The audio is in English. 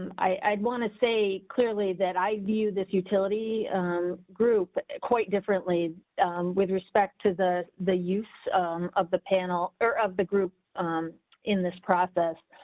and i'd want to say clearly that i view this utility group quite differently with respect to the, the use of the panel, or of the group in this process.